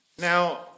Now